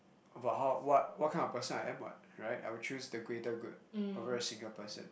about how what what kind of person I am what right I would choose the greater good over a single person